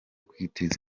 kwiteza